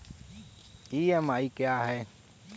EMI क्या है?